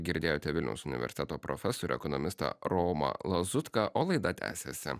girdėjote vilniaus universiteto profesorių ekonomistą romą lazutką o laida tęsiasi